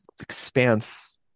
expanse